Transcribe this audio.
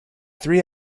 three